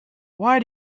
why